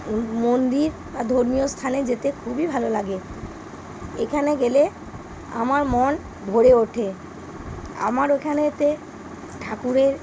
মন্দির বা ধর্মীয় স্থানে যেতে খুবই ভালো লাগে এখানে গেলে আমার মন ভরে ওঠে আমার এখানেতে ঠাকুরের